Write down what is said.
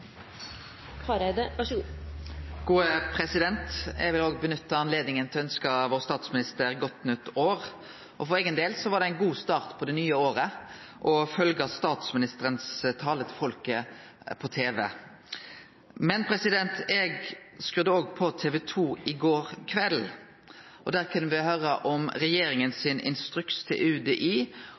Eg vil òg nytte anledninga til å ønskje vår statsminister godt nytt år. For eigen del var det ein god start på det nye året å følgje statsministerens tale til folket på TV. Men eg skrudde òg på TV 2 i går kveld, og der kunne me høyre om regjeringa sin instruks til UDI